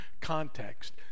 context